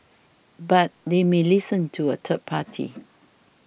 but they may listen to a third party